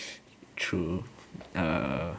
true err